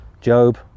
Job